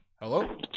hello